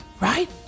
Right